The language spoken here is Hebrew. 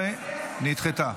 11 נדחתה.